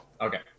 Okay